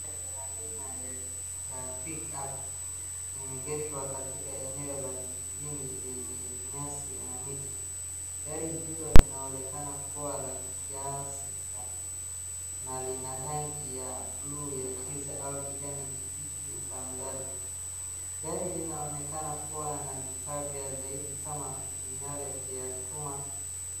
Gari aina ya, ya pick up . Imegeshwa katika eneo la kijijini yenye nyasi na miti. Gari hilo linaonekana kuwa la kisiasa na lina rangi ya buluu ya giza yaani kijani kibichi tamethali. Gari linaonekana kuwa na vifaa vya zaidi kama miale ya chuma.